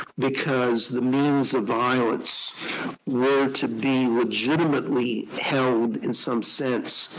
because the means of violence were to be legitimately held, in some sense,